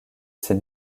ses